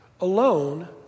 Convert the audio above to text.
alone